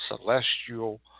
celestial